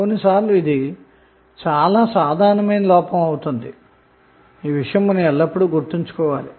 కొన్నిసార్లు ఇది చాలా సాధారణమైన లోపం అవుతుందని మనం ఎల్లప్పుడూ గుర్తుంచుకోవాలి